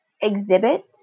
exhibit